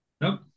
No